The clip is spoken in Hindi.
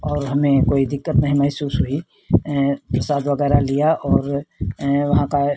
और हमें कोई दिक्कत नहीं महसूस हुई प्रसाद वगैरह लिया और वहाँ का